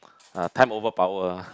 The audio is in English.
ah time over power ah